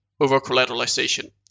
over-collateralization